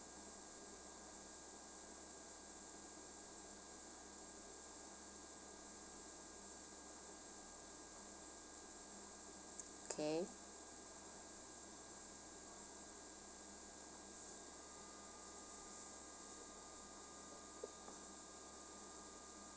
okay